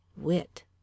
Wit